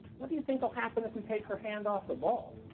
what do you think will happen if we take her hand off the ball?